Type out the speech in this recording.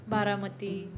Baramati